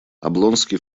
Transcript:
облонский